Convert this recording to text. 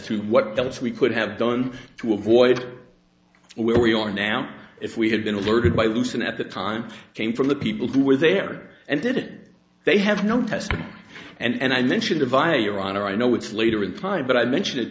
to what else we could have done to avoid where we are now if we had been alerted by loosening at the time came from the people who were there and did it they have no testing and i mentioned via your honor i know it's later in time but i mention it